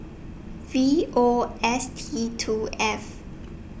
V O S T two F